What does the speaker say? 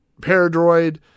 Paradroid